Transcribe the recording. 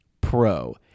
Pro